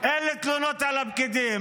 אין לי תלונות על הפקידים.